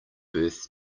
birth